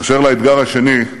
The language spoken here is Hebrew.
אשר לאתגר השני,